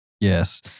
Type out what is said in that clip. Yes